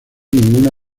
ninguna